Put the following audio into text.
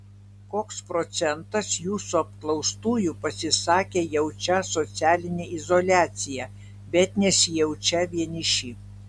koks procentas jūsų apklaustųjų pasisakė jaučią socialinę izoliaciją bet nesijaučią vieniši